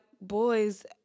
boys